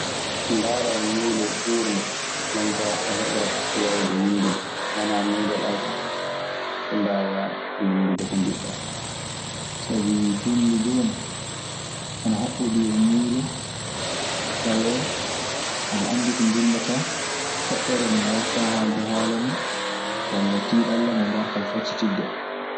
Ndaara miilo huurŋo ndeen kaa o heɓa woowde winndude. So wanaa miiloɗaa kaa a mbaawa winndude ko njiɗɗaa. Sabi binndi jooni ana haɓɓodii e miilo. Tawee aɗe anndi ko mbinndataa, toɓɓere nde ngartaa haalde haala mun walla tiiɗalla mo ngartaa faccititde oo.